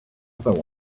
other